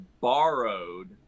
borrowed